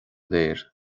léir